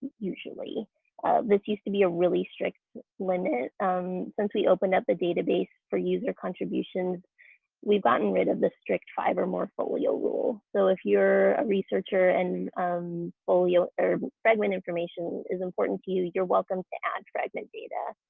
this used to be a really strict limit, but um since we opened up the database for user contributions we've gotten rid of the strict five or more folio rule. so if you're a researcher and folio or fragment information is important to you, you're welcome to add fragment data.